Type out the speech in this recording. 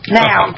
now